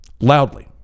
loudly